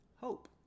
hope